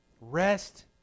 rest